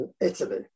Italy